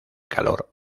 calor